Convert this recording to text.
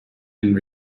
and